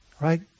right